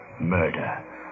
murder